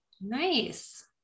Nice